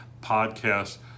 podcast